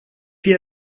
fie